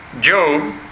Job